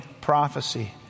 prophecy